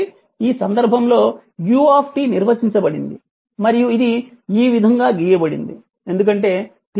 కాబట్టి ఈ సందర్భంలో u నిర్వచించబడింది మరియు ఇది ఈ విధంగా గీయబడింది ఎందుకంటే t 0 కొరకు ఇది 0